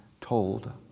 told